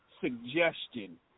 suggestion